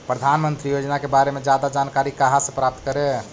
प्रधानमंत्री योजना के बारे में जादा जानकारी कहा से प्राप्त करे?